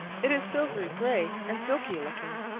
it is silvery gray and silky looking.